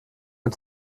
ein